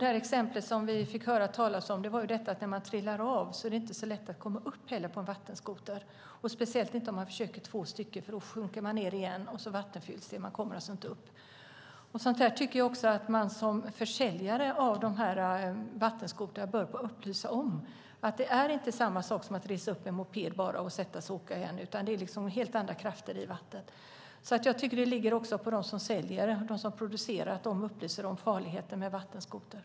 Det exempel vi fick höra talas om handlade om att det inte är så lätt att komma upp när man trillar av en vattenskoter, speciellt inte om man försöker två stycken. Då sjunker den nämligen ned igen, och så vattenfylls den och man kommer inte upp. Sådant tycker jag också att man som försäljare av vattenskotrar bör upplysa om. Det är inte samma sak som att bara resa en moped upp och sätta sig och åka igen, utan det är helt andra krafter i vatten. Jag tycker alltså att det ligger också på dem som säljer och dem som producerar att upplysa om farligheten med vattenskotrar.